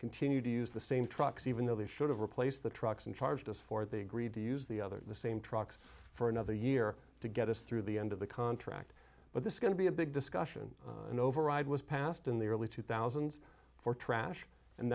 continue to use the same trucks even though they should have replaced the trucks and charged us for they agreed to use the other the same trucks for another year to get us through the end of the contract but this is going to be a big discussion and override was passed in the early two thousand and four trash and